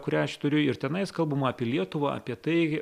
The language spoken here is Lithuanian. kurią aš turiu ir tenais kalbama apie lietuvą apie tai